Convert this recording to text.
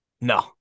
No